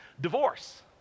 divorce